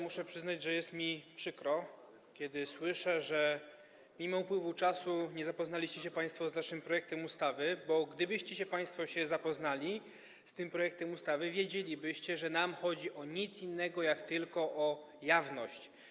Muszę przyznać, że jest mi przykro, kiedy słyszę, że mimo upływu czasu nie zapoznaliście się państwo z naszym projektem ustawy, bo gdybyście się państwo zapoznali z tym projektem ustawy, wiedzielibyście, że nie chodzi nam o nic innego, jak tylko o jawność.